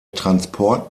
transport